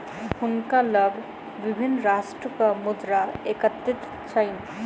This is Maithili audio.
हुनका लग विभिन्न राष्ट्रक मुद्रा एकत्रित छैन